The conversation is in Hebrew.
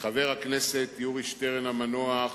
חבר הכנסת יורי שטרן המנוח,